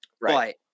Right